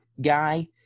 guy